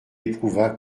éprouva